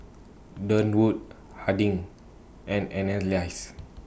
Durwood Harding and Annalise